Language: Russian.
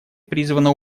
призвана